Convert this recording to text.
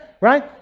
Right